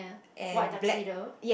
white tuxedo